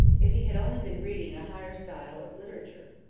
if he had only been reading a higher style of literature.